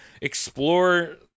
explore